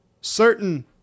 certain